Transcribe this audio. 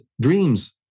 dreams